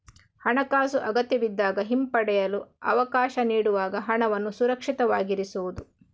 ಹಣಾಕಾಸು ಅಗತ್ಯವಿದ್ದಾಗ ಹಿಂಪಡೆಯಲು ಅವಕಾಶ ನೀಡುವಾಗ ಹಣವನ್ನು ಸುರಕ್ಷಿತವಾಗಿರಿಸುವುದು